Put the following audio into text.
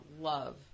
love